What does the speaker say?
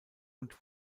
und